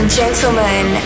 gentlemen